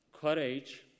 Courage